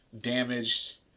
damaged